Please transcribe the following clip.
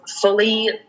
fully